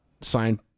signed